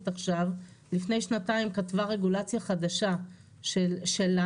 עכשיו לפני שנתיים כתבה רגולציה חדשה שלה,